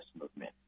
movement